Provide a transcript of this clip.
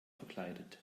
verkleidet